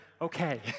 okay